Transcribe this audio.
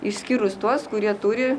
išskyrus tuos kurie turi